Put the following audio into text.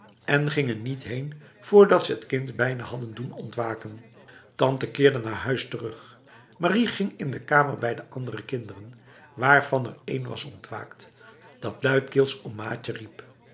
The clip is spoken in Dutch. en gingen niet heen vrdat ze t kind bijna hadden doen ontwaken tante keerde naar haar huis terug marie ging in de kamer bij de andere kinderen waarvan er een was ontwaakt dat luidkeels om maatje riep